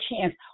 chance